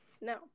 No